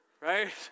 right